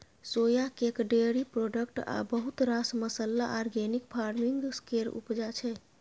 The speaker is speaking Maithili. सोया केक, डेयरी प्रोडक्ट आ बहुत रास मसल्ला आर्गेनिक फार्मिंग केर उपजा छै